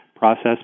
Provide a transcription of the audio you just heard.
process